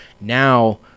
Now